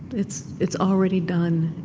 it's it's already done.